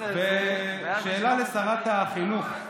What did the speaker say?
שאלה לשרת החינוך: